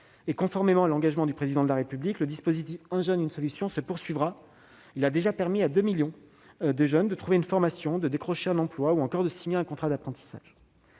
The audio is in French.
et, conformément à l'engagement du Président de la République, le dispositif « 1 jeune, 1 solution » sera prolongé : il a déjà permis à 2 millions de jeunes de trouver une formation, de décrocher un emploi ou encore de signer un contrat d'apprentissage.